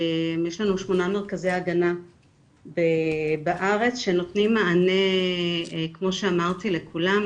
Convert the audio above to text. יש לנו שמונה מרכזי הגנה בארץ שנותנים מענה כמו שאמרתי לכולם,